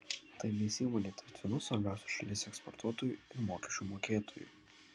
tai leis įmonei tapti vienu svarbiausių šalies eksportuotoju ir mokesčių mokėtoju